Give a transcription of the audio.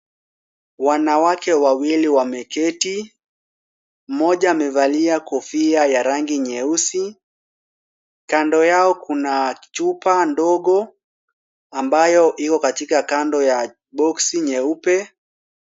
Wanawake wawili wameketi, mmoja amevalia kofia ya rangi nyeusi. Kando yao kuna chupa ndogo ambayo iko katika kando ya boksi nyeupe.